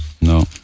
no